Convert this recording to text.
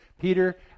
Peter